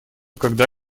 когда